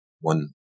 one